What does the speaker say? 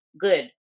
good